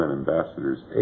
ambassador's